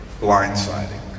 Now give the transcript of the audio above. blindsiding